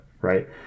right